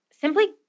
simply